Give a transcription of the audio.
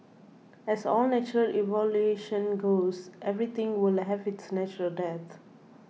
as all natural evolution goes everything will have its natural death